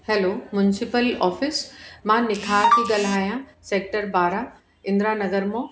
hello municipal office मां निखार थी ॻाल्हायां सैक्टर ॿारहं इंदिरा नगर मां